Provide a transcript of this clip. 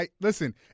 Listen